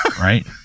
Right